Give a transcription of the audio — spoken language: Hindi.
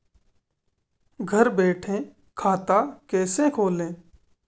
घर बैठे खाता कैसे खोलें?